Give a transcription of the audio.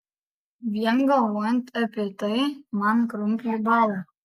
vien galvojant apie tai man krumpliai bąla